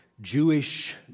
Jewish